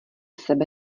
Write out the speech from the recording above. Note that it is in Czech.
sebe